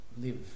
live